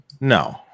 No